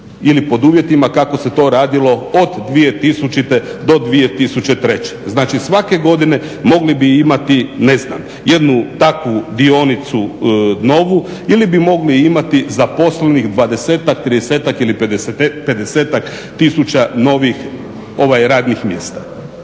ili pod uvjetima kako se to radilo od 2000. do 2003. Znači, svake godine mogli bi imati ne znam jednu takvu dionicu novu ili bi mogli imati zaposlenih 20-ak, 30-ak ili 50-ak tisuća novih radnih mjesta.